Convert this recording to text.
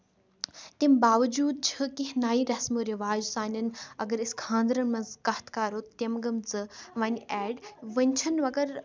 تَمہِ باوجوٗد چھِ کیٚنٛہہ نَیہِ رَسمو رِواج سانین اَگر أسۍ خاندرن منٛز کَتھ کَرو تِم گٔمژٕ وۄنۍ ایڈ وُنہِ چھےٚ نہٕ مَگر